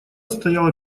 стояла